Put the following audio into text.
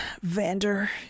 Vander